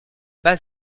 pas